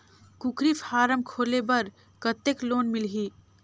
कूकरी फारम खोले बर कतेक लोन मिलही?